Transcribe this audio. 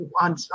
on